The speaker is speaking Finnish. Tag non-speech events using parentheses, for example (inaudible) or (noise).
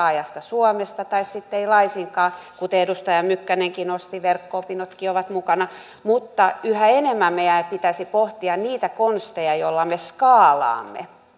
(unintelligible) ajasta suomesta tai sitten ei laisinkaan kuten edustaja mykkänen nosti verkko opinnotkin ovat mukana mutta yhä enemmän meidän pitäisi pohtia niitä konsteja joilla me skaalaamme